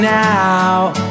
now